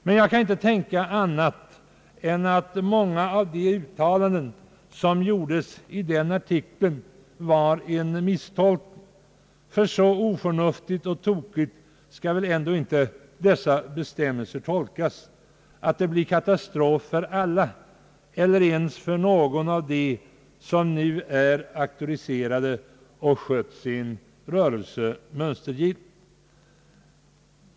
Men jag kan inte tänka mig annat än att många av de uttalanden som gjordes i den artikeln var en misstolkning. Så oförnuftigt och tokigt skall väl ändå inte dessa bestämmelser tolkas, att det blir katastrof för alla eller ens för någon av de nu auktoriserade företag som skött sin rörelse mönstergillt.